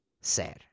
ser